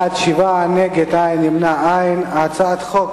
ההצעה להעביר את הצעת חוק